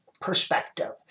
perspective